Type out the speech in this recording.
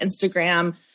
Instagram